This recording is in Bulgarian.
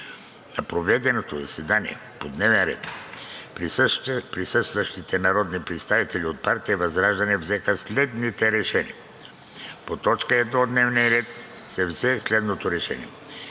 На проведеното заседание по дневния ред присъстващите народни представители от партия ВЪЗРАЖДАНЕ взеха следните решения: По т. 1 от дневния ред се взе следното решение: